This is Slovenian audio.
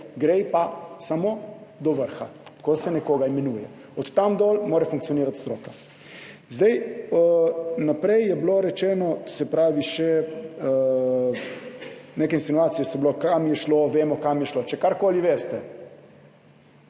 gre pa samo do vrha, ko se nekoga imenuje, od tam dol pa mora funkcionirati stroka. Naprej je bilo rečeno, bile so neke insinuacije, kam je šlo, vemo, kam je šlo. Če karkoli veste,